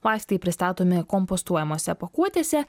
vaistai pristatomi kompostuojamose pakuotėse